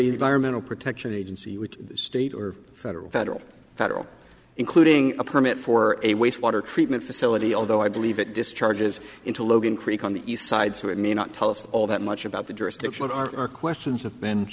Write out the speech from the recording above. environmental protection agency which state or federal federal federal including a permit for a waste water treatment facility although i believe it discharges into logan creek on the east side so it may not tell us all that much about the jurisdiction of our questions have been